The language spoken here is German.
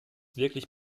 wirklich